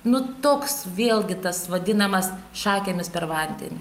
nu toks vėlgi tas vadinamas šakėmis per vandenį